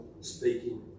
speaking